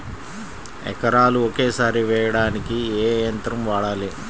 ఎకరాలు ఒకేసారి వేయడానికి ఏ యంత్రం వాడాలి?